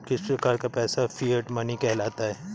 किस प्रकार का पैसा फिएट मनी कहलाता है?